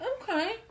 okay